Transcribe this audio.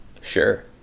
Sure